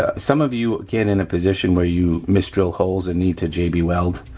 ah some of you get in a position where you misdrill holes and need to j b weld,